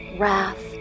Wrath